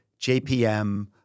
JPM